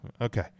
Okay